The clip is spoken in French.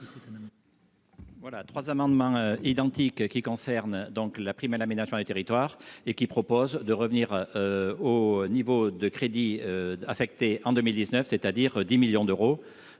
Voilà 3 amendements identiques qui concerne donc la prime à l'aménagement du territoire et qui propose de revenir au niveau de crédits affectés en 2019, c'est-à-dire 10 millions d'euros